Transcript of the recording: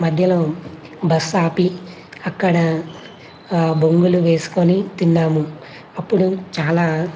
మధ్యలో బస్సు ఆపి అక్కడ బొంగులు వేసుకుని తిన్నాము అప్పుడు చాలా